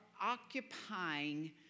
occupying